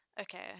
okay